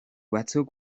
batzuk